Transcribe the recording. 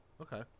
Okay